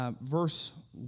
verse